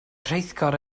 rheithgor